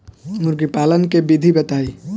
मुर्गीपालन के विधी बताई?